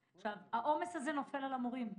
העומס הזה נופל על המורים.